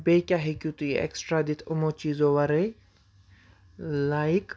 بیٚیہِ کیاہ ہٮ۪کِو تُہۍ اٮ۪کٕسٹرا دِتھ یِمو چیٖزو وَرٲے لایِک